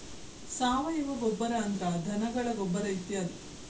ಸಾವಯುವ ಗೊಬ್ಬರಾ ಅಂದ್ರ ಧನಗಳ ಗೊಬ್ಬರಾ ಇತ್ಯಾದಿ